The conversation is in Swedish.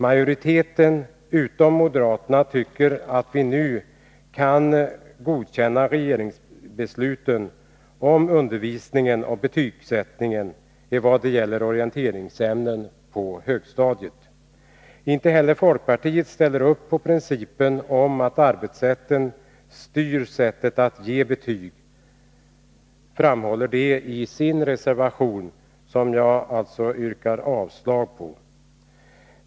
Majoriteten anser att riksdagen bör godkänna regeringsbesluten om undervisningen och betygsättningen i vad det gäller orienteringsämnen på högstadiet. Moderaterna har en annan uppfattning. Inte heller folkpartiet ställer sig bakom principen om att arbetssättet skall styra sättet att ge betyg, vilket de framhåller i sin reservation på denna punkt, som jag yrkar avslag på.